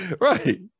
right